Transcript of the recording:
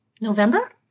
November